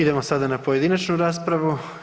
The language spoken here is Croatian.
Idemo sada na pojedinačnu raspravu.